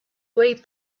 way